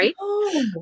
right